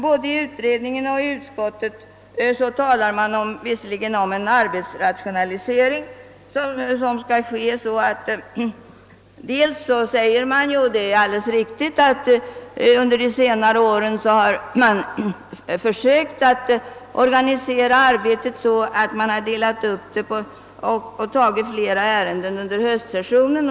Både i utredningen och i utskottsutlåtandet hänvisar man visserligen dels till en planerad arbetsrationalisering, dels — vilket är alldeles riktigt — till de strävanden som under senare år förekommit, syftande till en sådan uppdelning av arbetet att flera ärenden kan behandlas under höstsessionen.